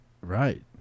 Right